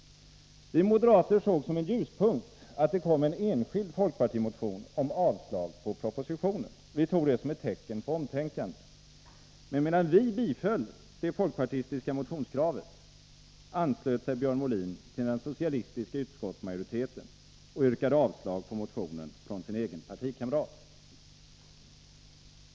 Vi moderater såg som en ljuspunkt att det kom en enskild folkpartimotion om avslag på propositionen. Vi tog det som ett tecken på omtänkande. Men medan vi biträdde det folkpartistiska motionskravet, anslöt sig Björn Molin till den socialistiska utskottsmajoriteten och yrkade avslag på motionen från sin egen partikamrat.